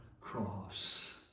cross